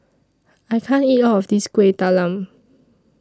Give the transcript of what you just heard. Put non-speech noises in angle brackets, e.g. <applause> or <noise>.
I can't <noise> eat All of This Kueh Talam